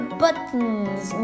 buttons